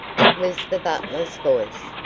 it was the butler's voice,